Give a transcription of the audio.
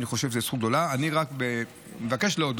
אני חושב שזאת זכות גדולה.